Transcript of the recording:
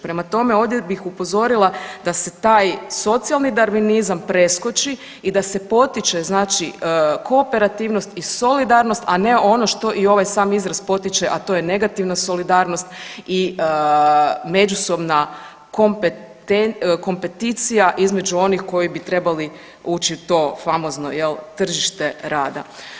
Prema tome, ovdje bih upozorila da se taj socijalni darvinizam preskoči i da se potiče znači kooperativnost i solidarnost, a ne ovo što i ovaj sam izraz potiče, a to je negativna solidarnost i međusobna kompeticija između onih koji bi trebali ući u to famozno, je l', tržište rada.